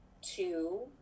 Two